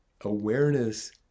Awareness